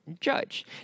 judge